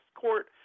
court